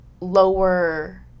lower